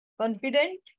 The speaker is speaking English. Confident